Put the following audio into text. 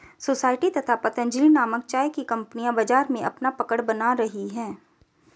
society तथा पतंजलि नामक चाय की कंपनियां बाजार में अपना पकड़ बना रही है